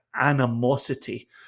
animosity